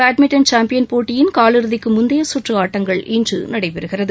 badminton champion போட்டியின் கால் இறுதிக்கு முந்தைய சுற்று ஆட்டங்கள் இன்று உலக நடைபெறுகின்றன